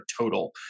total